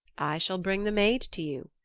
i shall bring the maid to you,